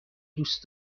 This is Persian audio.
دوست